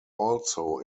also